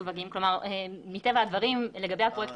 מטבע הדברים לגבי הפרויקטים